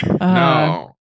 no